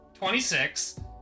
26